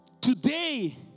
today